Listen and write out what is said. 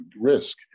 risk